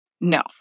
No